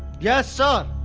yes, sir up,